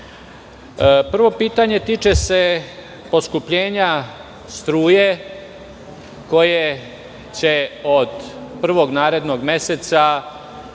dana. Prvo pitanje tiče se poskupljenja struje koje će od prvog narednog meseca